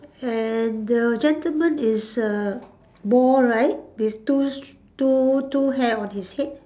and the gentleman is uh bald right with two s~ two two hair on his head